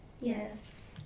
yes